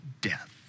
death